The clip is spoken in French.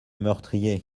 meurtrier